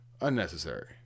Unnecessary